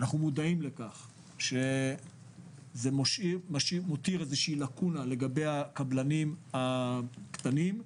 אנחנו מודעים לכך שזה מותיר לקונה לגבי הקבלנים הקטנים,